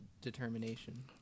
determination